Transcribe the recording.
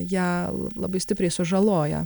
ją labai stipriai sužaloja